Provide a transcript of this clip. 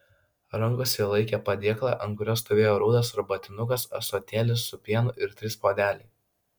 rankose ji laikė padėklą ant kurio stovėjo rudas arbatinukas ąsotėlis su pienu ir trys puodeliai